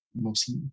mostly